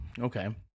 okay